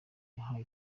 yahaye